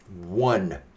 one